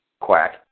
Quack